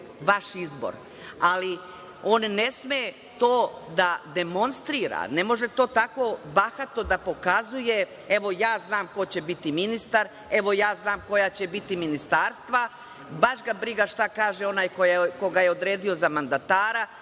vaš izbor, ali on ne sme to da demonstrira, ne može to tako bahato da pokazuje - evo, ja znam ko će biti ministar, evo, ja znam koja je će biti ministarstva. Baš briga šta kaže onaj koga je odredio za mandatara,